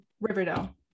riverdale